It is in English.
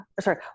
Sorry